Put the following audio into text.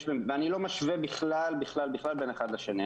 אני לא משווה בכלל בין אחד לשני.